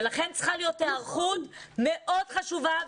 ולכן צריכה להיות היערכות מאוד חשובה.